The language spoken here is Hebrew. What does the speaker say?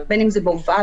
בין אם זה בהופעה,